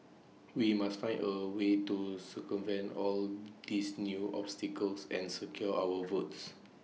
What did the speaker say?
we must find A way to circumvent all these new obstacles and secure our votes